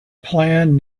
plan